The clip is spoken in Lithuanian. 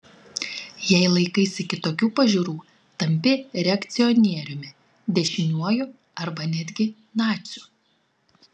jei laikaisi kitokių pažiūrų tampi reakcionieriumi dešiniuoju arba netgi naciu